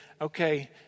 okay